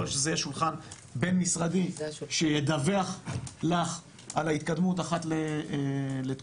יכול להיות שזה יהיה שולחן בין משרדי שידווח לך על ההתקדמות אחת לתקופה,